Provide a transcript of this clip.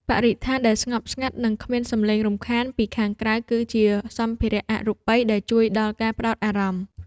បរិស្ថានដែលស្ងប់ស្ងាត់ និងគ្មានសម្លេងរំខានពីខាងក្រៅ គឺជាសម្ភារៈអរូបិយដែលជួយដល់ការផ្ដោតអារម្មណ៍។